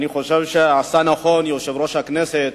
אני חושב שעשה נכון יושב-ראש הכנסת